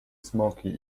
smoki